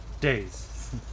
days